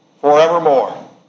forevermore